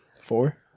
Four